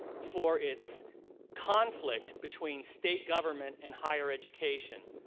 for its conflict between state government and higher education.